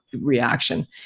reaction